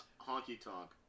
honky-tonk